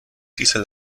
dieser